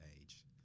age